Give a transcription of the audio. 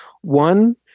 One